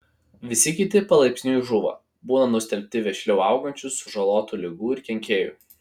visi kiti palaipsniui žūva būna nustelbti vešliau augančių sužaloti ligų ir kenkėjų